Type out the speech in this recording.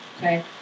Okay